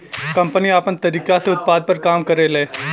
company आपन तरीका से उत्पाद पर काम करेले